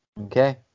Okay